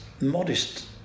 Modest